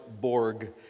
Borg